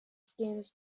schemes